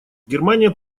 германия